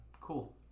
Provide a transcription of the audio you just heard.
Cool